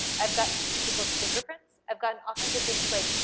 i've gotten people's fingerprints. i've gotten all kinds of things like,